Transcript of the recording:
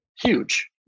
huge